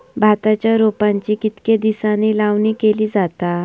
भाताच्या रोपांची कितके दिसांनी लावणी केली जाता?